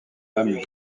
âmes